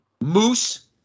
Moose